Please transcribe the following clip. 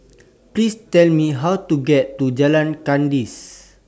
Please Tell Me How to get to Jalan Kandis